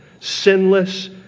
sinless